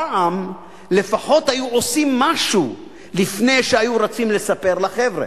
פעם לפחות היו עושים משהו לפני שהיו רצים לספר לחבר'ה.